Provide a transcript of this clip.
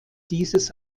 dieses